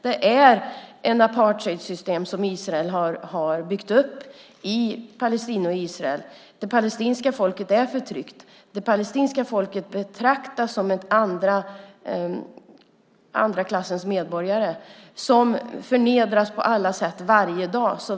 Det är ett apartheidsystem som Israel har byggt upp i Palestina och Israel. Det palestinska folket är förtryckt. Det palestinska folket betraktas som andra klassens medborgare och förnedras på alla sätt varje dag.